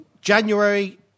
January